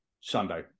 Sunday